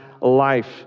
life